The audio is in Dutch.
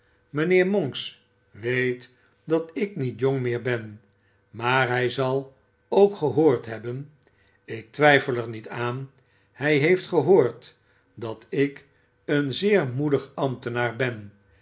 mijnheer monks weet dat ik niet jong meer ben maar hij zal ook gehoord hebben ik twijfel er niet aan hij heeft gehoord dat ik een zeer moedig ambtenaar ben